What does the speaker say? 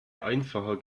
einfacher